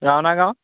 ৰা নাগাঁও